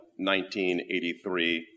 1983